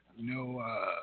No